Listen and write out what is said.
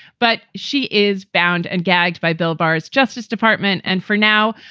but she is bound and gagged by bill barr's justice department. and for now,